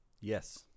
Yes